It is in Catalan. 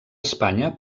espanya